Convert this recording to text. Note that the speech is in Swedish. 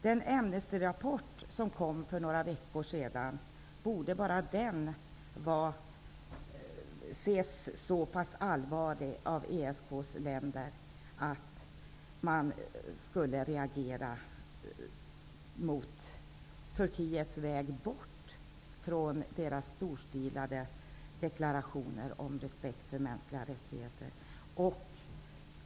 Den Amnestyrapport som kom för några veckor sedan borde bara den ses så allvarligt av ESK:s länder att man reagerade mot Turkiets väg bort från sina storstilade deklarationer om respekt för mänsklga rättigheter.